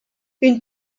une